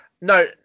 No